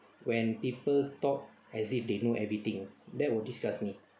when people talk as if they know everything that will disgust me